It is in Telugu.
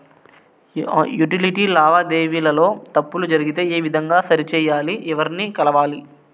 యుటిలిటీ లావాదేవీల లో తప్పులు జరిగితే ఏ విధంగా సరిచెయ్యాలి? ఎవర్ని కలవాలి?